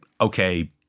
okay